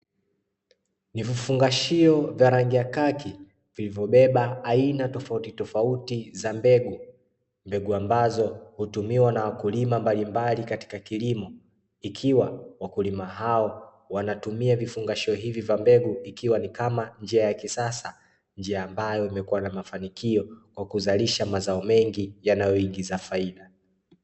Ni vifungashio vya rangi ya kaki vilivyobeba aina tofautitofauti za mbegu, mbengu ambazo hutumiwa na wakulima mbalimbali katika kilimo, ikiwa wakulima hao wanatumia vifungashio hivi vya mbegu ikiwa kama ni njia ya kisasa njia ambayo imekuwa na mafanikio kwa kuzalisha mazao mengi yanayoingiza faida.